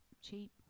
cheap